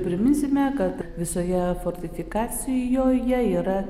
priminsime kad visoje fortifikacijoje yra